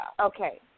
Okay